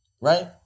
right